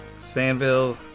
Sandville